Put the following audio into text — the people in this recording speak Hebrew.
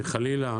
חלילה.